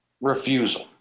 refusal